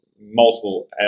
multiple